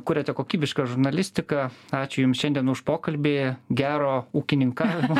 kuriate kokybišką žurnalistiką ačiū jums šiandien už pokalbį apie gero ūkininkavimo